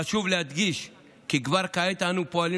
חשוב להדגיש כי כבר כעת אנו פועלים